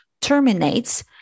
terminates